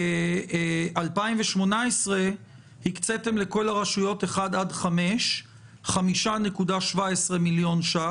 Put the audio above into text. ב-2018 הקציתם לכל הרשויות 1 עד 5 5.17 מיליון ש"ח,